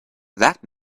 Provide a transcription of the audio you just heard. that